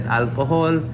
alcohol